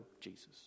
Jesus